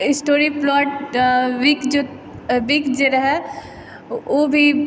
story plot विक जे रहय ओ भी